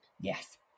Yes